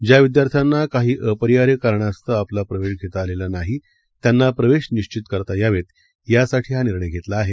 ज्या विद्यार्थ्यांना काही अपरिहार्य कारणास्तव आपला प्रवेश घेता आलेला नाही त्यांना प्रवेश निश्वित करता यावेत यासाठी हा निर्णय घेतला आहे